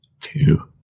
Two